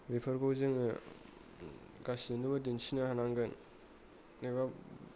बेफोरखौ जोङो गासिनोबो दिन्थिनो हानांगोन एबा